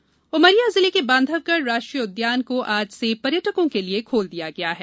राष्ट्रीय उद्यान उमरिया जिले के बांधवगढ़ राष्ट्रीय उद्यान को आज से पर्यटकों के लिये खोल दिया गया है